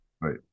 right